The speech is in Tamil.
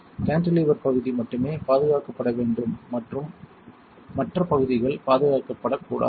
காண்டிலீவர் பகுதி மட்டுமே பாதுகாக்கப்பட வேண்டும் மற்ற பகுதிகள் பாதுகாக்கப்படக்கூடாது